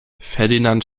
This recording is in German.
ferdinand